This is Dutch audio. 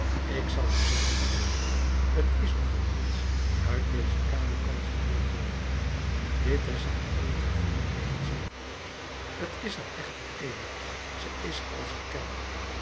ik zal u zeggen waarom t is omdat niets uit deze kamer kan gehoord worden dit is haar eenige goede eigenschap t is er echter een ze is als een kelder